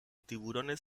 tiburones